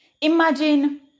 Imagine